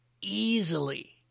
easily